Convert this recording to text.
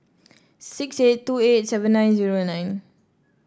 six eight two eight seven nine zero nine